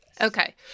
Okay